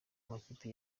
amakipe